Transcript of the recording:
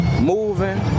moving